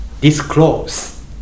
disclose